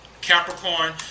Capricorn